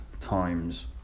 times